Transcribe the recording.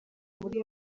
muri